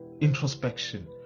introspection